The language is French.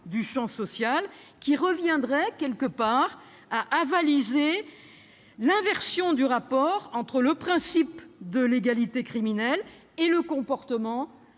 du champ social, car cela reviendrait à avaliser l'inversion du rapport entre le principe de légalité criminelle et le comportement